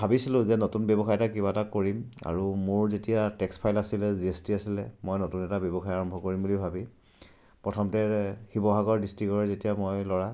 ভাবিছিলোঁ যে নতুন ব্যৱসায় এটা কিবা এটা কৰিম আৰু মোৰ যেতিয়া টেক্স ফাইল আছিলে জি এছ টি আছিলে মই নতুন এটা ব্যৱসায় আৰম্ভ কৰিম বুলি ভাবি প্ৰথমতে শিৱসাগৰ ডিষ্ট্ৰিকৰ যেতিয়া মই ল'ৰা